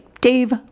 Dave